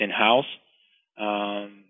in-house